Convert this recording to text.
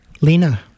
Lena